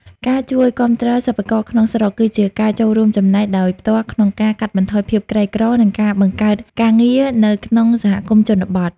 ការជួយគាំទ្រសិប្បករក្នុងស្រុក គឺជាការចូលរួមចំណែកដោយផ្ទាល់ក្នុងការកាត់បន្ថយភាពក្រីក្រ និងការបង្កើតការងារនៅក្នុងសហគមន៍ជនបទ។